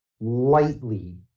lightly